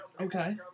Okay